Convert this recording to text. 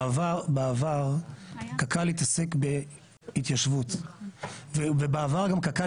בעבר קק"ל התעסק בהתיישבות ובעבר גם קק"ל